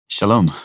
Shalom